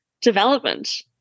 development